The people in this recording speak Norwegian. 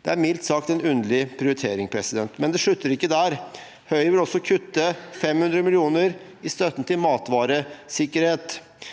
Det er mildt sagt en underlig prioritering. Men det slutter ikke der. Høyre vil også kutte 500 mill. kr i støtten til matvaresikkerhet,